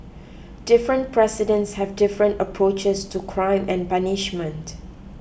different presidents have different approaches to crime and punishment